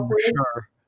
Sure